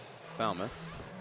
Falmouth